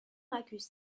accuse